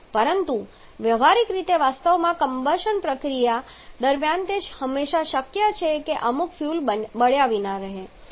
પરંતુ વ્યવહારીક રીતે વાસ્તવિક કમ્બશન પ્રક્રિયા દરમિયાન તે હંમેશા શક્ય છે કે અમુક ફ્યુઅલ બળ્યા વિના રહે